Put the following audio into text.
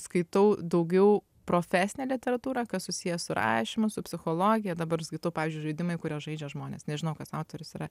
skaitau daugiau profesinę literatūrą kas susiję su rašymu su psichologija dabar skaitau pavyzdžiui žaidimai kuriuos žaidžia žmonės nežinau kas autorius yra